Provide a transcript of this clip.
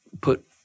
put